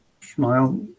Smile